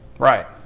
Right